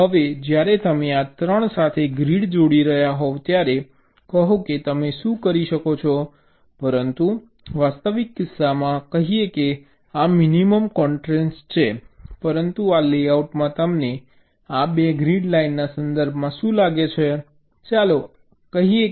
હવે જ્યારે તમે આ 3 સાથે ગ્રીડ જોડી રહ્યા હોવ ત્યારે કહો કે તમે શું કરી શકો છો પરંતુ વાસ્તવિક કિસ્સામાં કહીએ કે આ મિનિમમ કોન્સ્ટ્રેન્ટ છે પરંતુ આ લેઆઉટમાં તમને આ 2 ગ્રીડ લાઇનના સંદર્ભમાં શું લાગે છે ચાલો આ કહીએ